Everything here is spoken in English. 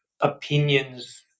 opinions